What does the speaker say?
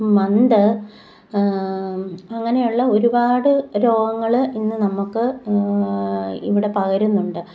month അങ്ങനെയുള്ള ഒരുപാട് രോഗങ്ങൾ ഇന്ന് നമുക്ക് ഇവിടെ പകരുന്നുണ്ട്